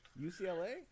UCLA